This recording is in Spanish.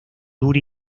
dura